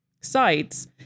sites